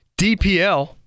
DPL